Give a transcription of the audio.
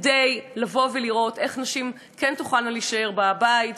כדי לבוא ולראות איך נשים כן תוכלנה להישאר בבית,